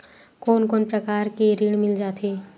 कोन कोन प्रकार के ऋण मिल जाथे?